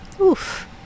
Oof